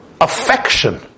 affection